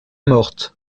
morte